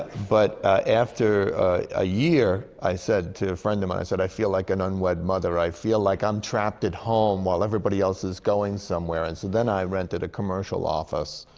but after a year, i said to a friend of mine, i said, i feel like an unwed mother. i feel like i'm trapped at home, while everybody else is going somewhere. and so then i rented a commercial office.